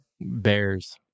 bears